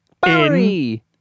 Barry